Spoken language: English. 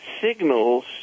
signals